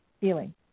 feeling